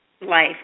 life